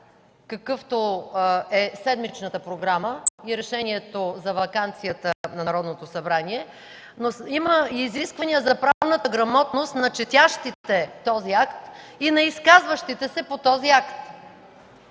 какъвто е седмичната програма и решението за ваканцията на Народното събрание, но има и изисквания за правната грамотност на четящите този акт и на изказващите се по него.